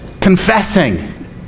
Confessing